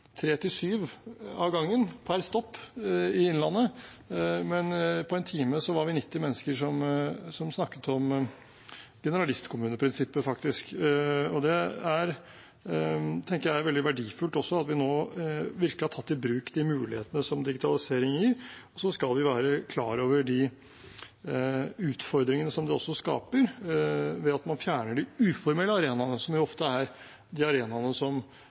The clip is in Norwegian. av gangen, per stopp i Innlandet, men på en time var vi faktisk 90 mennesker som snakket om generalistkommuneprinsippet. Det tenker jeg er veldig verdifullt også, at vi nå virkelig har tatt i bruk de mulighetene som digitalisering gir. Så skal vi være klar over de utfordringene som det også skaper, ved at man fjerner de uformelle arenaene, som jo ofte er de arenaene som